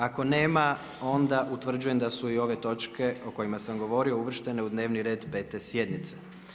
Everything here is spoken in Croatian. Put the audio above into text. Ako nema, onda utvrđujem da su i ove točke o kojima sam govorio, uvrštene u dnevni red 5.sjednice.